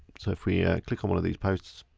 so if we click on one of these posts.